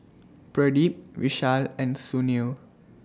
Pradip Vishal and Sunil